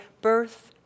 birth